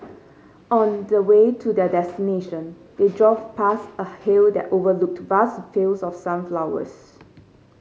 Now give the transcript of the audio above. on the way to their destination they drove past a hill that overlooked vast fields of sunflowers